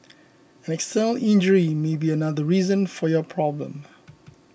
an external injury may be another reason for your problem